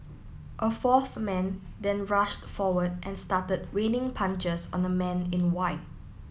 a fourth man then rushed forward and started raining punches on the man in white